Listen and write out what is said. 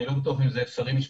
אני לא בטוח אם זה אפשרי משפטית,